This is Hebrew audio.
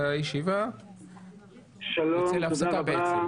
שלום לכולם,